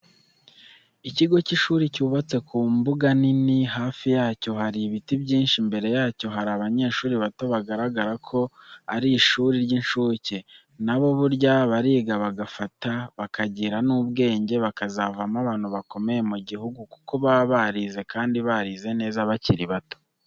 Ikigo cy'ishuri cyubatse ku mbuga nini, hafi yacyo hari ibiti byinshi, imbere yacyo hari abanyeshuri bato bigaragara ko ari ishuri ry'incuke, na bo burya bariga bagafata bakagira n'ubwenge bakazavamo abantu bakomeye mu gihugu kuko baba barize kandi barize neza bakiri bato.